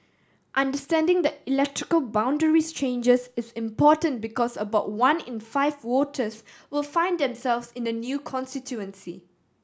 understanding the electrical boundaries changes is important because about one in five voters will find themselves in a new constituency